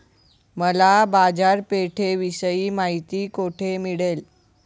मला बाजारपेठेविषयी माहिती कोठे मिळेल?